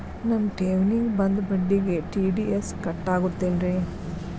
ನನ್ನ ಠೇವಣಿಗೆ ಬಂದ ಬಡ್ಡಿಗೆ ಟಿ.ಡಿ.ಎಸ್ ಕಟ್ಟಾಗುತ್ತೇನ್ರೇ?